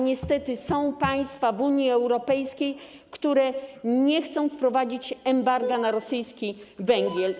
Niestety są państwa w Unii Europejskiej, które nie chcą wprowadzić embarga na rosyjski węgiel.